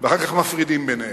ואחר כך מפרידים ביניהם.